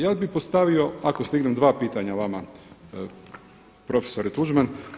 Ja bih postavio ako stignem dva pitanja vama profesore Tuđman.